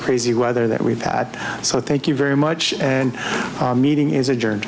crazy weather that we've had so thank you very much and our meeting is adjourn